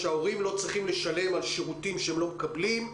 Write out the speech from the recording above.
ההורים לא צריכים לשלם על שירותים שהם לא מקבלים.